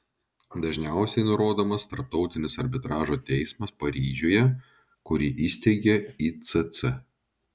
dažniausiai nurodomas tarptautinis arbitražo teismas paryžiuje kurį įsteigė icc